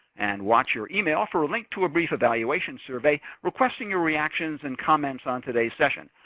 and watch your email for a link to a brief evaluation survey requesting your reactions and comments on today's session.